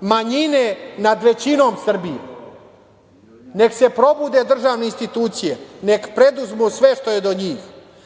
manjine nad većinom Srbije? Nek se probude državne institucije, nek preduzmu sve što je do njih. Kako